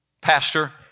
Pastor